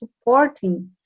supporting